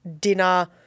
dinner –